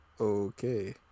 Okay